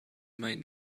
might